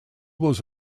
was